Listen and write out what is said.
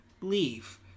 leave